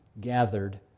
gathered